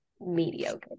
mediocre